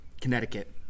Connecticut